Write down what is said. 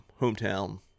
hometown